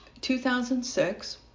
2006